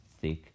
thick